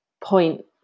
point